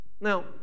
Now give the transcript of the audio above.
Now